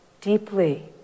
deeply